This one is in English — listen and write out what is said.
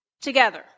together